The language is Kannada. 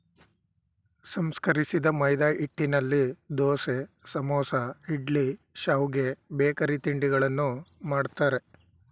ಸಂಸ್ಕರಿಸಿದ ಮೈದಾಹಿಟ್ಟಿನಲ್ಲಿ ದೋಸೆ, ಸಮೋಸ, ಇಡ್ಲಿ, ಶಾವ್ಗೆ, ಬೇಕರಿ ತಿಂಡಿಗಳನ್ನು ಮಾಡ್ತರೆ